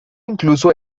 incluso